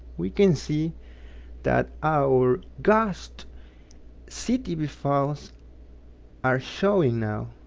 we can see that our ghosts ctb files are showing now.